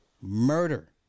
Murder